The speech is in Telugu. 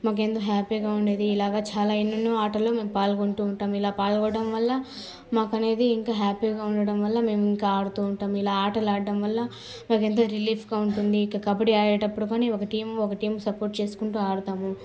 మాకెంతో హ్యాపీగా ఉండేది ఇలాగా చాలా ఎన్నెన్నో ఆటలు మేము పాల్గొంటు ఉంటాం ఇలా పాల్గొనడం వల్ల మాకు అనేది ఇంకా హ్యాపీగా ఉండడంవల్ల మేము ఇంక ఆడుతు ఉంటాం ఇలా ఆటలు ఆడడం వల్ల మాకెంతో రిలీఫుగా ఉంటుంది ఇంక కబడ్డీ ఆడేటప్పుడు కానీ ఒక టీం ఒక టీం సపోర్టు చేసుకుంటు ఆడతాము